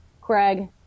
Craig